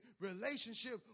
relationship